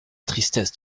tristesse